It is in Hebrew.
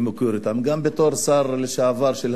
ומכיר אותם גם בתור שר המדע לשעבר.